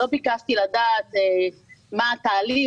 לא ביקשתי לדעת מה התהליך.